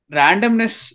randomness